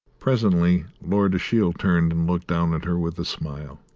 presently lord ashiel turned and looked down at her, with a smile.